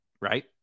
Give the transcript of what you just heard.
right